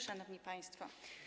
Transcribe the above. Szanowni Państwo!